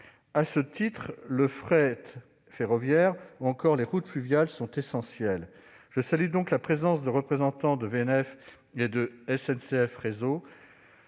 À ce titre, le fret ferroviaire ou encore les routes fluviales sont essentiels. Je salue donc la présence de représentants de VNF et de SNCF Réseau